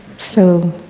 so,